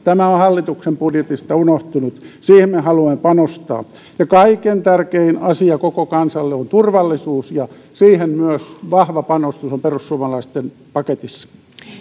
tämä on hallituksen budjetista unohtunut siihen me haluamme panostaa ja kaikkein tärkein asia koko kansalle on turvallisuus ja siihen myös vahva panostus on perussuomalaisten paketissa